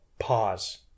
Pause